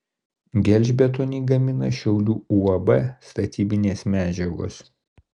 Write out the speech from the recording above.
gelžbetonį gamina šiaulių uab statybinės medžiagos